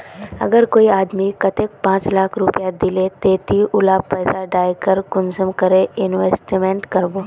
अगर कोई आदमी कतेक पाँच लाख रुपया दिले ते ती उला पैसा डायरक कुंसम करे इन्वेस्टमेंट करबो?